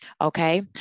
Okay